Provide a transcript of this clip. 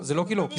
זה לא כי לא.